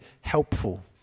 helpful